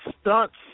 Stunts